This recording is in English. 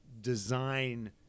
design